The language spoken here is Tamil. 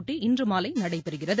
போட்டி இன்று மாலை நடைபெறுகிறது